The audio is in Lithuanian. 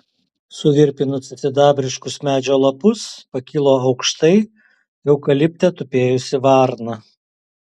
suvirpinusi sidabriškus medžio lapus pakilo aukštai eukalipte tupėjusi varna